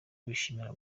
bishimira